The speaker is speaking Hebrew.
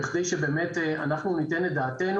כדי שבאמת אנחנו ניתן את דעתנו.